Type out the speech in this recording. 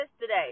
today